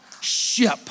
ship